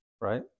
right